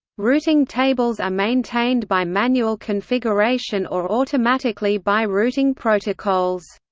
routing tables are maintained by manual configuration or automatically by routing protocols.